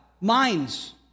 Minds